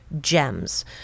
gems